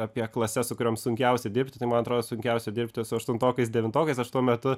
apie klases su kuriom sunkiausia dirbti tai man atrodo sunkiausia dirbti su aštuntokais devintokais aš tuo metu